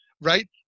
right